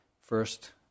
first